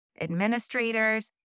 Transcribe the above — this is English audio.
administrators